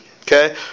okay